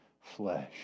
flesh